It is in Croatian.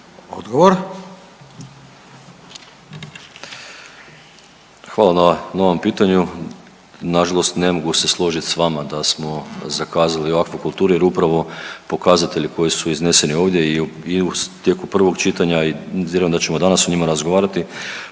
Zdravko** Hvala na, na ovom pitanju. Nažalost ne mogu se složit s vama da smo zakazali u akvakulturi jer upravo pokazatelji koji su izneseni ovdje i u tijeku prvog čitanja i obzirom da ćemo danas o njima razgovarati